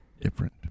different